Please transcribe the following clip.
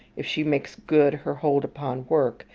if she makes good her hold upon work,